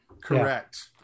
correct